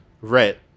Right